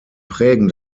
prägen